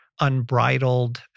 unbridled